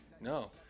No